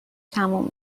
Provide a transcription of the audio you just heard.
تمام